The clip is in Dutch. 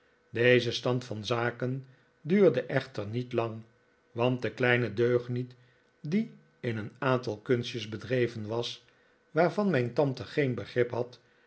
deze stand van zaken duurde echter niet lang want de kleine deugniet die in een aantal kunstjes bedreven was waarvan mijn tante geen begrip had